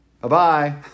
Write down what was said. Bye-bye